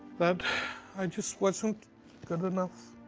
that i just wasn't good enough.